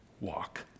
Walk